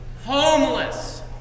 homeless